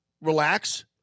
relax